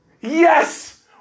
Yes